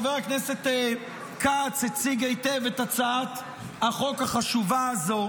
חבר הכנסת כץ הציג היטב את הצעת החוק החשובה הזו,